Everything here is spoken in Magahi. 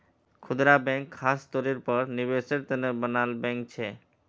खुदरा बैंक ख़ास तौरेर पर निवेसेर तने बनाल बैंक छे